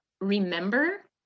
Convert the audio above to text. remember